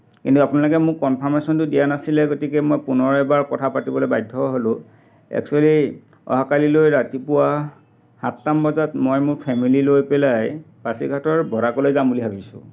কিন্তু আপোনালোকে মোক কনফাৰ্মেশ্যনটো দিয়া নাছিলে গতিকে মই পুনৰ এবাৰ কথা পাতিবলৈ বাধ্য হ'লো এক্সুৱেলী অহা কালিলৈ ৰাতিপুৱা সাতটা মান বজাত মই মোৰ ফেমিলী লৈ পেলাই পাচিঘাটৰ বৰাকলৈ যাম বুলি ভাবিছোঁ